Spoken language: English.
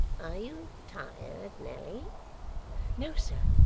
are you tired, nelly no, sir.